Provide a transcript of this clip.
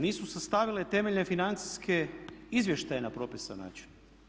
Nisu sastavile temeljne financijske izvještaje na propisan način.